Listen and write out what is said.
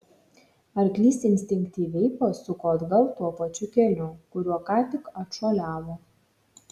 arklys instinktyviai pasuko atgal tuo pačiu keliu kuriuo ką tik atšuoliavo